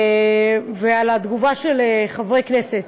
ועל התגובה של חברי כנסת.